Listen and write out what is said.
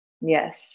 Yes